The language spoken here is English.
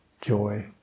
joy